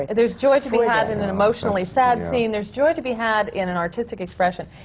and there's joy to be had in an emotionally sad scene. there's joy to be had in an artistic expression.